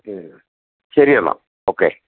മ്മ് ശരി എന്നാൽ ഓക്കെ